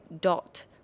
dot